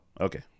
okay